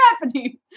happening